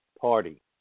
Party